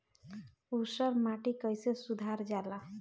ऊसर माटी कईसे सुधार जाला?